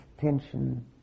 tension